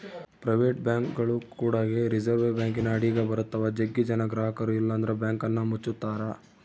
private ಬ್ಯಾಂಕ್ಗಳು ಕೂಡಗೆ reserve ಬ್ಯಾಂಕಿನ ಅಡಿಗ ಬರುತ್ತವ, ಜಗ್ಗಿ ಜನ ಗ್ರಹಕರು ಇಲ್ಲಂದ್ರ ಬ್ಯಾಂಕನ್ನ ಮುಚ್ಚುತ್ತಾರ